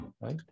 right